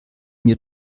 mir